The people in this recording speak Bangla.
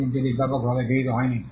কিন্তু এটি ব্যাপকভাবে গৃহীত হয়নি